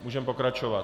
Můžeme pokračovat.